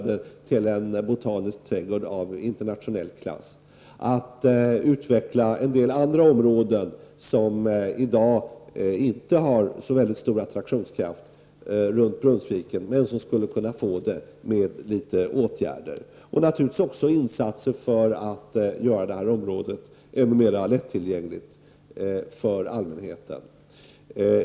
Det räcker inte med några nya växthus. Det handlar även om att utveckla en del andra områden runt Brunnsviken som i dag inte har så stor attraktionskraft men som med några få åtgärder skulle kunna få detta. Det gäller naturligtvis också insatser för att göra det här området ännu mer lättillgängligt för allmänheten.